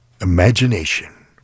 Imagination